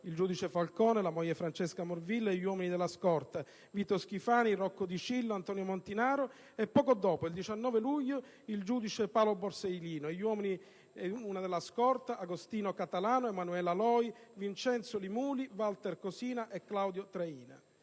Giovanni Falcone, la moglie Francesca Morvillo e gli uomini della scorta Vito Schifani, Rocco Di Cillo, Antonio Montinaro; poco dopo, il 19 luglio, il giudice Paolo Borsellino e gli addetti alla scorta Agostino Catalano, Emanuela Loi, Vincenzo Li Muli, Eddie Walter Cosina e Claudio Traina;